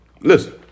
Listen